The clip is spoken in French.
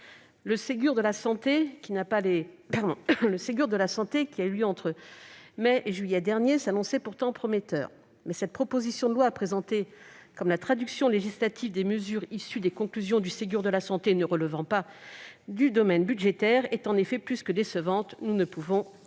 Le Ségur de la santé, qui a eu lieu entre mai et juillet derniers, s'annonçait pourtant prometteur. Or cette proposition de loi, présentée comme la traduction législative des mesures issues de cet accord qui ne relèvent pas du domaine budgétaire, est plus que décevante. Nous ne pouvons que